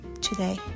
today